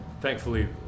thankfully